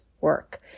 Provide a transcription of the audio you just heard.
work